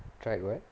tried [what]